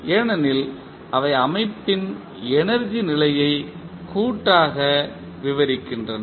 ஏனெனில் அவை அமைப்பின் எனர்ஜி நிலையை கூட்டாக விவரிக்கின்றன